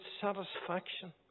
satisfaction